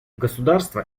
государство